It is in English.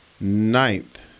Ninth